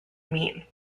meat